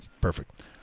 Perfect